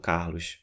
Carlos